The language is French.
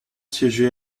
siégé